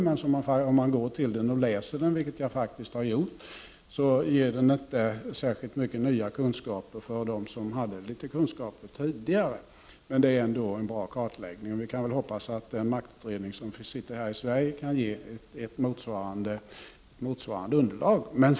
Men om man läser den — vilket jag faktiskt har gjort — finner man att den inte ger särskilt mycket nya kunskaper för den som redan har litet kunskaper. Den är ändå en bra kartläggning. Vi får hoppas att sittande maktutredning i Sverige kan ge ett motsvarande underlag.